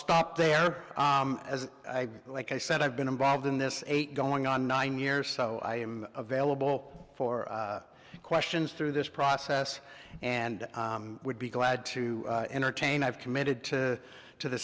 stop there as i like i said i've been involved in this eight going on nine years so i am available for questions through this process and would be glad to entertain i've committed to to the